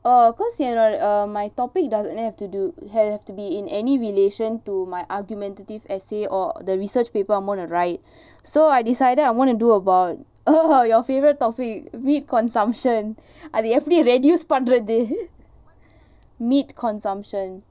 oh because you know uh my topic doesn't have to do have to be in any relation to my argumentative essay or the research paper I am gonna right so I decided I want to do about your favourite topic meat consumption அது எப்பிடி:athu eppidi reduce பண்றது:pandrathu meat consumption